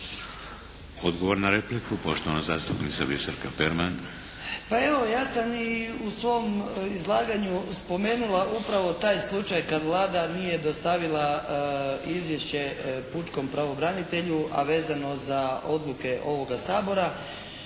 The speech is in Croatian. Odgovor na repliku poštovana zastupnica Biserka Perman. **Perman, Biserka (SDP)** Pa evo, ja sam i u svom izlaganju spomenula upravo taj slučaj kad Vlada nije dostavila izvješće pučkom pravobranitelju a vezano za odluke ovoga Sabora